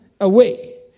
away